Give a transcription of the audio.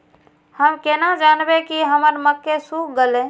हम केना जानबे की हमर मक्के सुख गले?